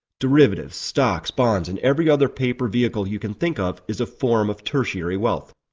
derivatives, stocks, bonds and every other paper vehicle you can think of is a form of tertiary wealth.